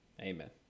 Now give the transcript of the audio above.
amen